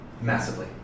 massively